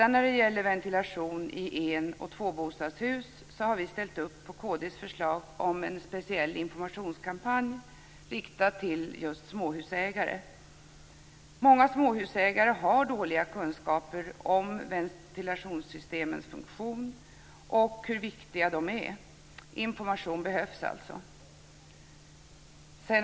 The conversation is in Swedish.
När det gäller ventilation i en och tvåbostadshus har vi ställt upp på Kristdemokraternas förslag om en speciell informationskampanj riktad till just småhusägare. Många småhusägare har dåliga kunskaper om ventilationssystemens funktion och om hur viktiga de är. Information behövs alltså.